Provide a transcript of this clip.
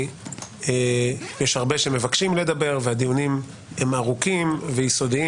יש הרבה שמבקשים לדבר והדיונים הם ארוכים ויסודיים.